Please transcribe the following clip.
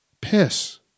Piss